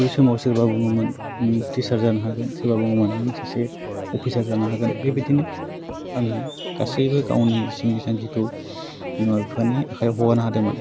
बै समाव सोरबा बुङोमोन नों टिसार जानो हागोन सोरबा बुङोमोन नों सासे अफिसार जानो हागोन बेबायदिनो आङो गासैबो गावनि जिउनि थांखिखौ बिमा बिफानि आखायाव हगारना होदोंमोन